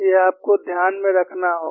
यह आपको ध्यान में रखना होगा